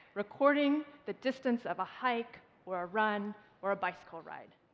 recording the distance of a hike or a run or a bicycle ride.